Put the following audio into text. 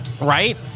right